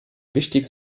wichtiges